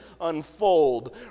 unfold